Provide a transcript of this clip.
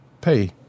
pay